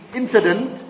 incident